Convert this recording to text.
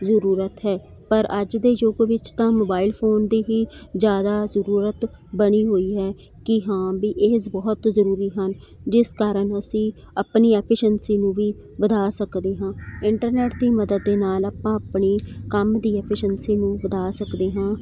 ਜ਼ਰੂਰਤ ਹੈ ਪਰ ਅੱਜ ਦੇ ਯੁੱਗ ਵਿੱਚ ਤਾਂ ਮੋਬਾਈਲ ਫੋਨ ਦੀ ਹੀ ਜ਼ਿਆਦਾ ਜ਼ਰੂਰਤ ਬਣੀ ਹੋਈ ਹੈ ਕੀ ਹਾਂ ਵੀ ਇਹ ਬਹੁਤ ਜ਼ਰੂਰੀ ਹਨ ਜਿਸ ਕਾਰਨ ਅਸੀਂ ਆਪਣੀ ਐਫੀਸ਼ੀਐਂਸੀ ਨੂੰ ਵੀ ਵਧਾ ਸਕਦੇ ਹਾਂ ਇੰਟਰਨੈੱਟ ਦੀ ਮਦਦ ਦੇ ਨਾਲ਼ ਆਪਾਂ ਆਪਣੀ ਕੰਮ ਦੀ ਐਫੀਸ਼ੀਐਂਸੀ ਨੂੰ ਵਧਾ ਸਕਦੇ ਹਾਂ